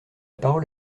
parole